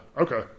okay